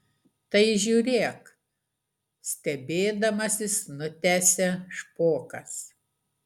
tai žiūrėk stebėdamasis nutęsia špokas